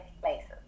places